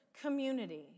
community